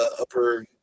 upper